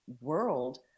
world